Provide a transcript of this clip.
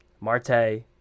Marte